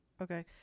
Okay